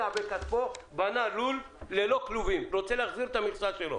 מכספו ובנה לול ללא כלובים והוא רוצה להחזיר את המכסה שלו.